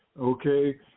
okay